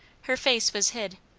her face was hid.